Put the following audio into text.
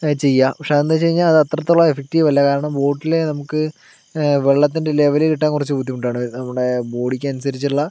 ചെയ്യുക പക്ഷെ അത് എന്ത് എന്ന് വെച്ച് കഴിഞ്ഞാൽ അത് അത്രത്തോളം എഫക്റ്റീവ് അല്ല കാരണം ബോട്ടിൽ നമുക്ക് വെള്ളത്തിൻ്റെ ലെവൽ കിട്ടാൻ കുറച്ച് ബുദ്ധിമുട്ടാണ് അതായത് നമ്മുടെ ബോഡിക്ക് അനുസരിച്ചുള്ള